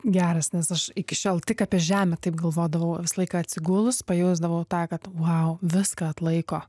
geras nes aš iki šiol tik apie žemę taip galvodavau visą laiką atsigulus pajausdavau tą kad vau viską atlaiko